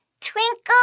Twinkle